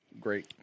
Great